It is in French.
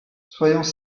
soyons